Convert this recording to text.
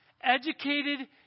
educated